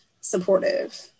supportive